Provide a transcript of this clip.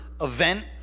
event